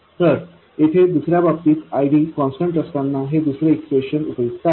तर येथे दुस या बाबतीत ID कॉन्स्टंट असतांना हे दुसरे एक्सप्रेशन उपयुक्त आहे